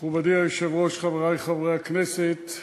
מכובדי היושב-ראש, חברי חברי הכנסת,